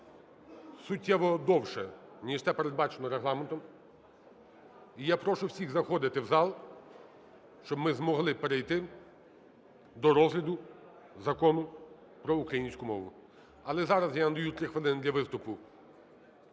суттєво довше, ніж це передбачено Регламентом. І я прошу всіх заходити в зал, щоб ми змогли перейти до розгляду Закону про українську мову. Але зараз я надаю 3 хвилини для виступу